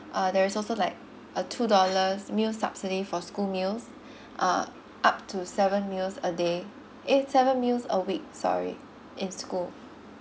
uh there's also like a two dollars meal subsidy for school meals uh up to seven meals a day eh seven meals a week sorry in school